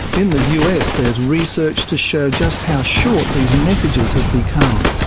in the us there's research to show just how short these messages have become.